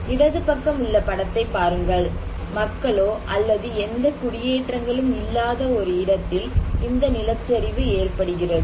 இடது பக்கம் உள்ள படத்தை பாருங்கள் மக்களோ அல்லது எந்த குடியேற்றங்களும் இல்லாத ஒரு இடத்தில் இந்த நிலச்சரிவு ஏற்படுகிறது